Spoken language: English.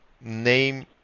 name